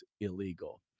illegal